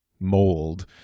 mold